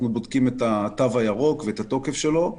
בודקים את התו הירוק ואת התוקף שלו,